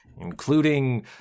including